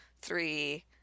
three